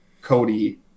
Cody